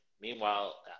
Meanwhile